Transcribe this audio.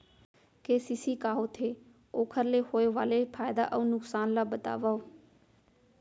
KCC का होथे, ओखर ले होय वाले फायदा अऊ नुकसान ला बतावव?